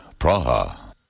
Praha